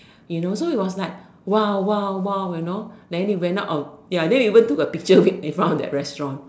you know so it was like !wow! !wow! !wow! you know then we went out of ya then we went to the picture we we found that restaurant